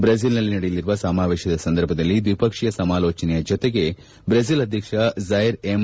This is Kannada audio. ಬ್ರೆಜಿಲ್ನಲ್ಲಿ ನಡೆಯಲಿರುವ ಸಮಾವೇಶದ ಸಂದರ್ಭದಲ್ಲಿ ದ್ವಿಪಕ್ಷೀಯ ಸಮಾಲೋಚನೆಯ ಜೊತೆಗೆ ಬ್ರೆಜಿಲ್ ಅಧ್ಯಕ್ಷ ಜೈರ್ ಎಂ